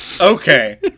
Okay